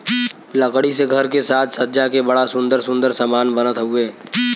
लकड़ी से घर के साज सज्जा के बड़ा सुंदर सुंदर समान बनत हउवे